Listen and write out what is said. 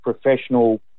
professional